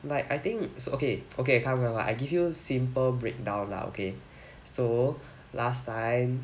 like I think so okay okay come come come I give you a simple breakdown lah okay so last time